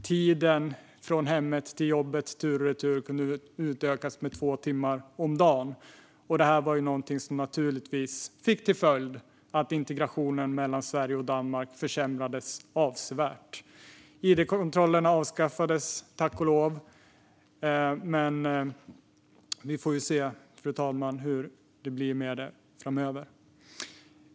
Tiden från hemmet till arbetet tur och retur kunde utökas med två timmar om dagen, något som naturligtvis fick till följd att integrationen mellan Sverige och Danmark försämrades avsevärt. Id-kontrollerna avskaffades tack och lov, fru talman, men vi får se hur det blir framöver.